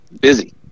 Busy